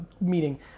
meeting